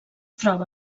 troba